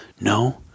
no